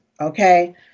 Okay